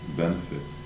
benefit